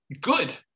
good